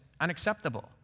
unacceptable